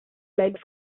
legs